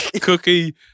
Cookie